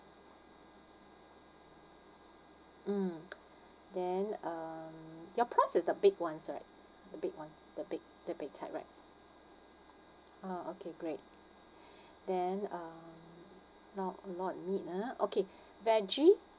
mm then um your prawns is the big ones right the big one the big the big type right ah okay great then um not not meat ah okay veggie